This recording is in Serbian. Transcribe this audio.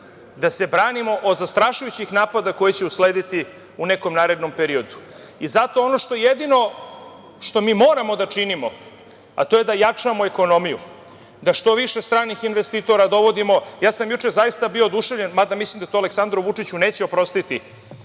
da se branimo od zastrašujućih napada koji će uslediti u nekom narednom periodu. Zato ono što jedino što mi moramo da činimo, a to je da jačamo ekonomiju, da što više stranih investitora dovodimo. Juče sam zaista bio oduševljen, mada mislim da to Aleksandru Vučiću neće oprostiti